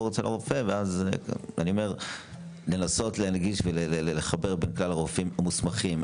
יש לנסות להנגיש ולחבר בין כלל הרופאים המוסמכים.